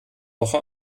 woche